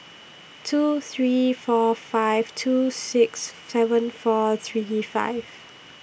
two three four five two six seven four three five